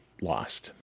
lost